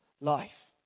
life